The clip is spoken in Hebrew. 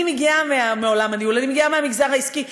אני מגיעה מהמגזר העסקי,